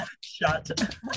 shut